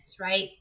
right